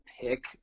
pick